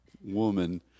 woman